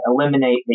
eliminate